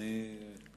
אני מקווה שיקשיבו לך.